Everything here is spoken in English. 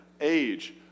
age